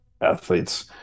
athletes